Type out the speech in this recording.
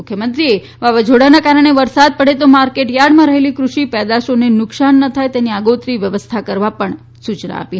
મુખ્યમંત્રીએ વાવાઝોડાના કારણે વરસાદ પડે તો માર્કેટ યાર્ડમાં રહેલી કૃષિ પેદાશોને નુકશાન ન થાય તેની આગોતરી વ્યવસ્થા કરવા સુચના આપી